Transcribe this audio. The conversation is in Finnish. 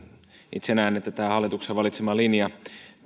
itse näen että tämä hallituksen valitsema linja